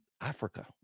Africa